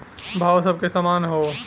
भावो सबके सामने हौ